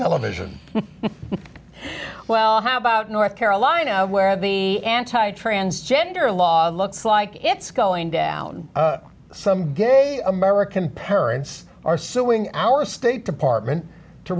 television well how about north carolina where the anti transgender law looks like it's going down some gay american parents are suing our state department to